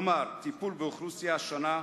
כלומר טיפול באוכלוסייה שונה,